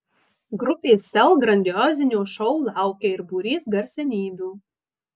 grupės sel grandiozinio šou laukia ir būrys garsenybių